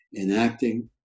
enacting